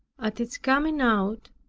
at its coming out,